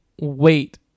wait